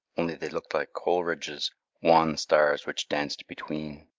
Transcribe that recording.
only they looked like coleridge's wan stars which danced between.